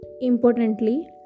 importantly